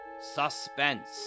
Suspense